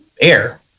air